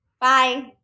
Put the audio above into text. Bye